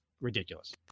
ridiculous